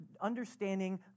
understanding